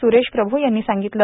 सुरेश प्रभू यांनी सांगितलं